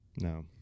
No